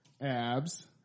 abs